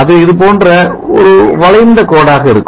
அது இதுபோன்ற ஒரு வளைந்த கோடாக இருக்கும்